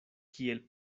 kiel